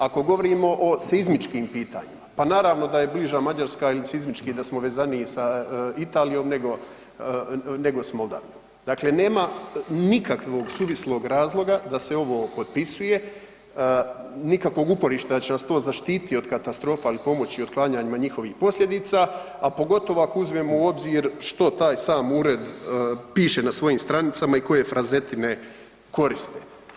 Ako govorimo o seizmičkim pitanjima, pa naravno da je bliža Mađarska ili seizmički da smo vezaniji sa Italijom, nego s Moldavijom, dakle nema nikakvog suvislog razloga da se ovo potpisuje, nikakvog uporišta da će nas to zaštititi od katastrofa ili pomoći otklanjanjima njihovih posljedica, a pogotovo ako uzmemo u obzir što taj sam Ured piše na svojim stranicama i koje frazetine koriste.